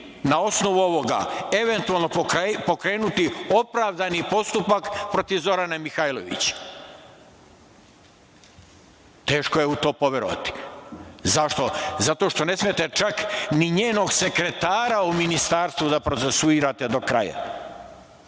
na osnovu ovoga eventualno pokrenuti opravdani postupak protiv Zorane Mihajlović. Teško je u to poverovati. Zašto? Zato što ne smete čak ni njenog sekretara u Ministarstvu da procesuirate do kraja,